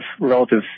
relative